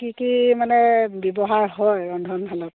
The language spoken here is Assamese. কি কি মানে ব্যৱহাৰ হয় ৰন্ধনশালত